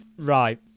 Right